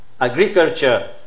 agriculture